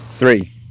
Three